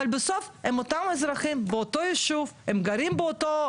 אבל בסוף הם אותם אזרחים באותו יישוב הם גרים באותו